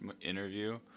interview